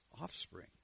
offspring